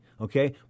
Okay